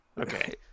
Okay